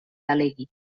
delegui